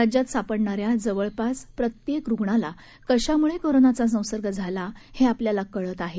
राज्यात सापडणान्या जवळपास प्रत्येक रुग्णाला कशामुळं कोरोनाचा संसर्ग झाला हे आपल्याला कळते आहे